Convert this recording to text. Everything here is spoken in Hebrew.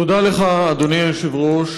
תודה לך, אדוני היושב-ראש.